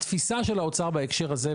התפיסה של האוצר בהקשר הזה,